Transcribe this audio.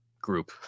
group